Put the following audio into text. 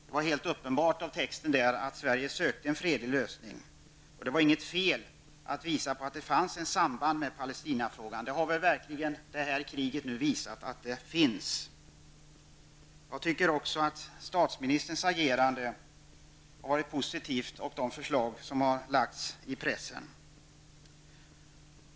Det framgick helt uppenbart av texten att Sverige sökte en fredlig lösning, och det var inget fel att visa på det fanns ett samband med Palestinafrågan. Att ett sådant samband finns har väl detta krig verkligen visat. Jag anser också att statsministerns agerande har varit positivt och likaså de förslag som lagts fram i pressen.